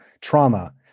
trauma